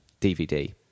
DVD